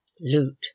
Loot